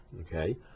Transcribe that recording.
okay